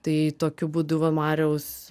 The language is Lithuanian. tai tokiu būdu va mariaus